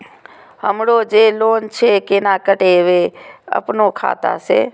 हमरो जे लोन छे केना कटेबे अपनो खाता से?